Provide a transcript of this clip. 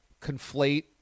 conflate